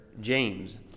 James